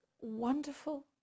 wonderful